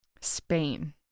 Spain